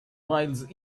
miles